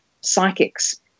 psychics